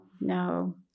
No